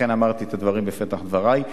לכן אמרתי את הדברים בפתח דברי.